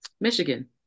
michigan